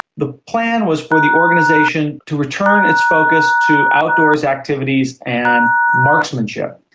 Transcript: the plan was for the organisation to return its focus to outdoors activities and marksmanship.